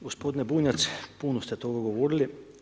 Gospodine Bunjac, puno ste toga govorili.